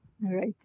Right